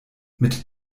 mit